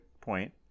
point